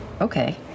Okay